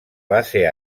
base